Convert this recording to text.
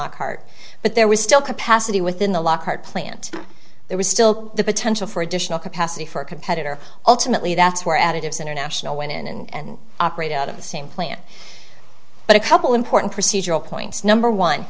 lockhart but there was still capacity within the lockhart plant there was still the potential for additional capacity for a competitor alternately that's where additives international went in and operated out of the same plant but a couple important procedural points number one